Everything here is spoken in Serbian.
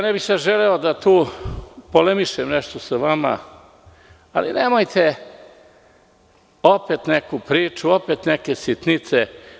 Ne bih sada želeo da tu polemišem sa vama, ali nemojte opet neku priču, opet neke sitnice.